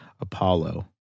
Apollo